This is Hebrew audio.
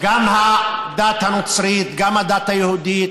גם הדת הנוצרית, גם הדת היהודית,